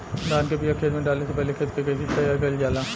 धान के बिया खेत में डाले से पहले खेत के कइसे तैयार कइल जाला?